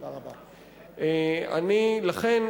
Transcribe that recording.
לכן,